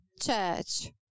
church